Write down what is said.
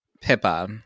Pippa